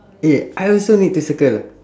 eh I also need to circle ah